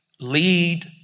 lead